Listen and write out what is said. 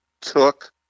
took